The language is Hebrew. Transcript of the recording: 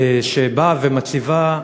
שבאה ומציבה,